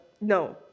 No